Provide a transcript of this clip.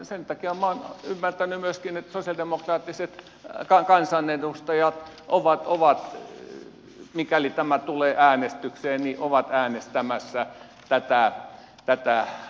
sen takia minä olen ymmärtänyt myöskin että sosialidemokraattiset kansanedustajat ovat mikäli tämä tulee äänestykseen äänestämässä tätä vastaan